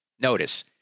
Notice